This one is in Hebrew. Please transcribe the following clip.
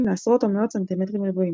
לעשרות או מאות סנטימטרים רבועים.